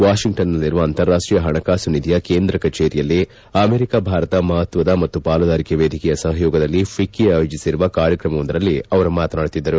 ವಾಷಿಂಗ್ಟನ್ನಲ್ಲಿರುವ ಅಂತಾರಾಷ್ಟೀಯ ಪಣಕಾಸು ನಿಧಿಯ ಕೇಂದ್ರ ಕಚೇರಿಯಲ್ಲಿ ಅಮೆರಿಕ ಭಾರತ ಮಪತ್ವದ ಮತ್ತು ಪಾಲುದಾರಿಕೆ ವೇದಿಕೆಯ ಸಹಯೋಗದಲ್ಲಿ ಫಿಕ್ಕೆ ಆಯೋಜಿಸಿರುವ ಕಾರ್ಯಕ್ರಮವೊಂದರಲ್ಲಿ ಅವರು ಮಾತನಾಡುತ್ತಿದ್ದರು